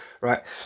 right